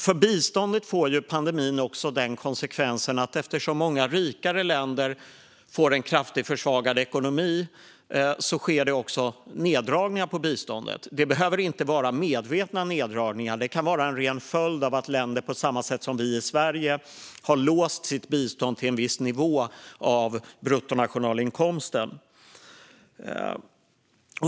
För biståndet får pandemin även den konsekvensen att eftersom många rikare länder får en kraftigt försvagad ekonomi sker det neddragningar på biståndet. Det behöver inte vara medvetna neddragningar; det kan vara en ren följd av att länder, på samma sätt som vi i Sverige, har låst sitt bistånd till en viss nivå av bruttonationalinkomsten.